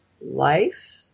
life